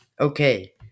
okay